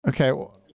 Okay